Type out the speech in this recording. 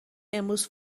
امروز